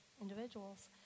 individuals